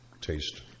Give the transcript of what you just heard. taste